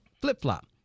flip-flop